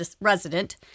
resident